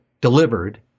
delivered